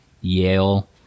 Yale